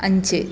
അഞ്ച്